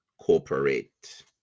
cooperate